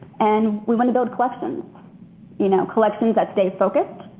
and we want to build collections you know collections that stay focused,